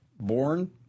born